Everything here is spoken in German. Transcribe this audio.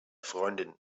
freundin